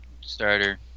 starter